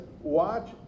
watch